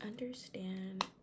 understand